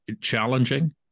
challenging